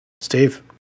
Steve